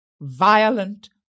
Violent